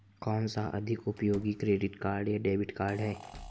कौनसा अधिक उपयोगी क्रेडिट कार्ड या डेबिट कार्ड है?